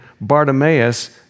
Bartimaeus